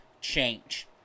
change